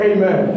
Amen